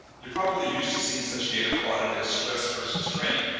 you're probably used to seeing such data plotted as stress versus-strain,